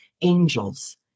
angels